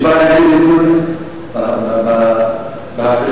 שבאה לידי ביטוי בהפיכה,